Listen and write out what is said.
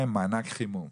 (מענק חימום).